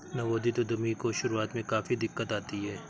नवोदित उद्यमी को शुरुआत में काफी दिक्कत आती है